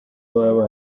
baba